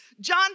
John